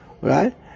right